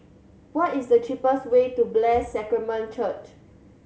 what is the cheapest way to Blessed Sacrament Church